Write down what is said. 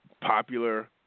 popular